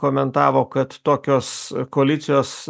komentavo kad tokios koalicijos